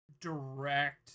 direct